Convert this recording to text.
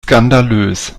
skandalös